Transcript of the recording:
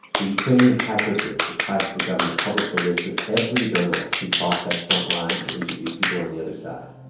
ukrainian hacker group with ties to the government published a list of every journalist who crossed that front line to interview people on the other side.